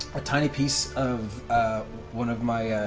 a tiny piece of one of my